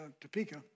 Topeka